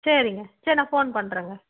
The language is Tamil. சரிங்க சரி நான் ஃபோன் பண்ணுறேங்க